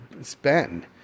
spend